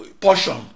portion